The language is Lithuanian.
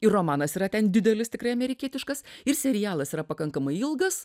ir romanas yra ten didelis tikrai amerikietiškas ir serialas yra pakankamai ilgas